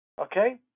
Okay